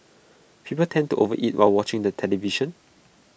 people tend to overeat while watching the television